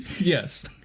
Yes